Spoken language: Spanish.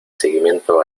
seguimiento